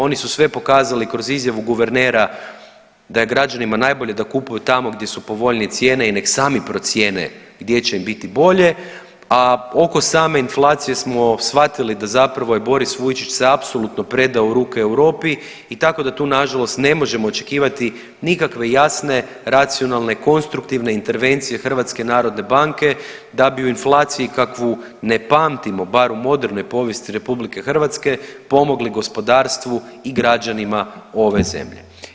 Oni su sve pokazali kroz izjavu guvernera da je građanima najbolje da kupuju tamo gdje su povoljnije cijene i nek sami procijene gdje će im biti bolje, a oko same inflacije smo shvatili da zapravo je Boris Vujčić se apsolutno predao u ruke Europi i tako da tu nažalost ne možemo očekivati nikakve jasne, racionalne, konstruktivne intervencije HNB-a da bi u inflaciji kakvu ne pamtimo bar u modernoj povijesti RH pomogli gospodarstvu i građanima ove zemlje.